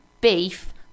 beef